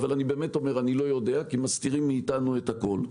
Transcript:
אבל אני באמת אומר שאני לא יודע כי מסתירים מאתנו את הכול.